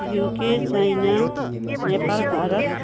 UK China Nepal Bharat